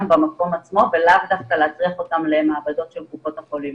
במקום עצמו ולאו דווקא להטריח אותם למעבדות של קופות החולים.